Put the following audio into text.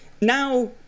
Now